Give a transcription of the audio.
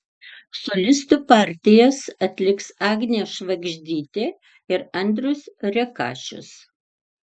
solistų partijas atliks agnė švagždytė ir andrius rekašius